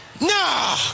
Nah